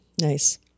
Nice